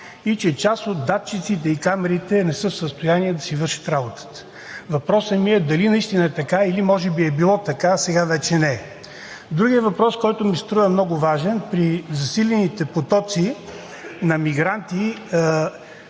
и част от датчиците и камерите не са в състояние да си вършат работата. Въпросът ми е дали наистина е така, или може би е било така, а сега вече не е. Другият въпрос, който ми се струва много важен при засилените потоци на мигранти,